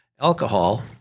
alcohol